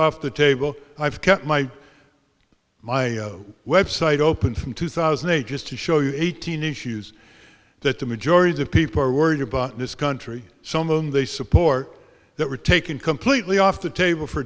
off the table i've kept my my website open from two thousand and eight just to show you eighteen issues that the majority of people are worried about in this country some of them they support that were taken completely off the table for